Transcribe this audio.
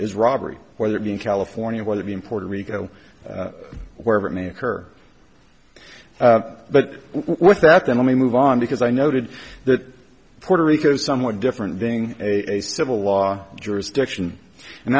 is robbery whether it be in california whether be in puerto rico wherever it may occur but what that then let me move on because i noted that puerto rico is somewhat different being a civil law jurisdiction and